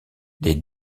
les